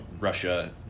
Russia